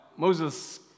Moses